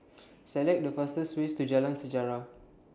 Select The fastest ways to Jalan Sejarah